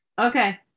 Okay